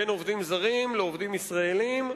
בין עובדים זרים לעובדים ישראלים,